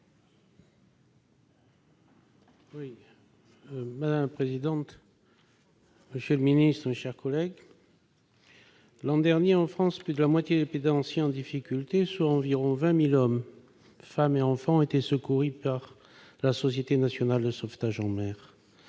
Madame la présidente, monsieur le secrétaire d'État, mes chers collègues, l'an dernier, en France, plus de la moitié des plaisanciers en difficulté, soit environ 20 000 hommes, femmes et enfants, ont été secourus par la Société nationale de sauvetage en mer.